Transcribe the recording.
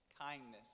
kindness